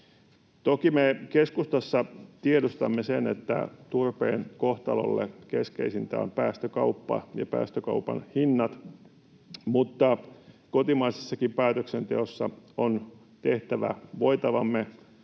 Toki me keskustassa tiedostamme sen, että turpeen kohtalolle keskeisintä ovat päästökauppa ja päästökaupan hinnat, mutta kotimaisessakin päätöksenteossa on tehtävä voitavamme